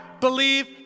believe